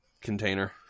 container